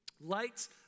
Lights